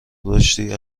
رشدی